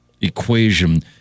equation